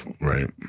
Right